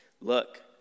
Look